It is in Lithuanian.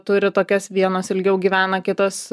turi tokias vienos ilgiau gyvena kitos